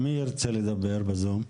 מי ירצה לדבר בזום?